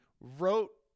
wrote